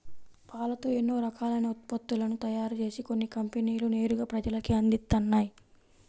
పాలతో ఎన్నో రకాలైన ఉత్పత్తులను తయారుజేసి కొన్ని కంపెనీలు నేరుగా ప్రజలకే అందిత్తన్నయ్